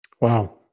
Wow